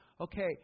okay